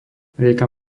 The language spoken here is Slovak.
rieka